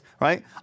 right